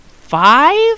Five